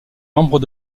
membres